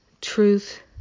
truth